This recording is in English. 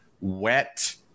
wet